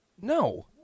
No